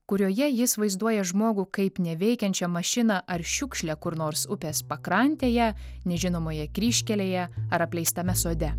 kurioje jis vaizduoja žmogų kaip neveikiančią mašiną ar šiukšlę kur nors upės pakrantėje nežinomoje kryžkelėje ar apleistame sode